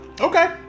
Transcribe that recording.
okay